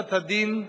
בקבלת הדין,